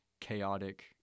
chaotic